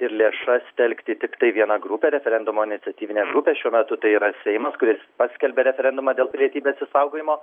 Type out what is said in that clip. ir lėšas telkti tiktai viena grupė referendumo iniciatyvinė grupė šiuo metu tai yra seimas kuris paskelbė referendumą dėl pilietybės išsaugojimo